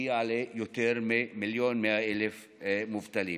הגיע ליותר ממיליון ו-100,000 מובטלים.